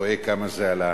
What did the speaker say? רואה כמה זה עלה.